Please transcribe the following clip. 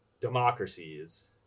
democracies